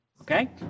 okay